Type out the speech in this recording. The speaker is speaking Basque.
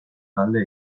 alde